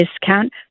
discount